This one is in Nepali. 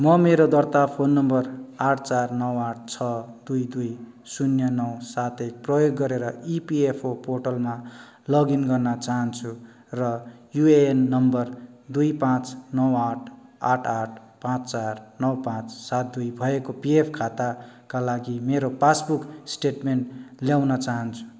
म मेरो दर्ता फोन नम्बर आठ चार नौ आठ छ दुई शून्य नौ सात एक प्रयोग गरेर इपिएफओ पोर्टलमा लगइन गर्न चाहन्छु र युएएन नम्बर दुई पाँच नौ आठ आठ आठ पाँच चार नौ पाँच सात दुई भएको पिएफ खाताका लागि मेरो पासबुक स्टेटमेन्ट ल्याउन चाहन्छु